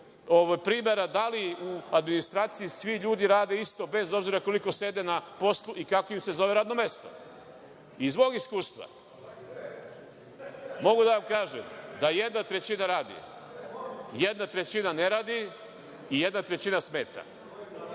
da li u administraciji svi ljudi rade isto bez obzira koliko sede na poslu i kako im se zove radno mesto. Iz mog iskustva, mogu da vam kažem da jedna trećina radi, jedna trećina ne radi, i jedna trećina smeta.